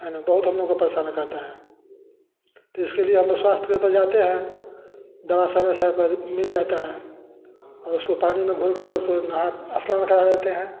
हैना बहुत हम लोगों को परेशानी करता है तो इसके लिए हम लोग स्वास्थ्य केंद पर जाते हैं दवा समय समय पर मिल जाता है और उसको पानी में घोल घोलकर उसको नहा स्नान करा देते हैं